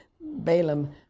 Balaam